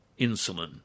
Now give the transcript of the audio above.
insulin